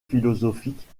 philosophiques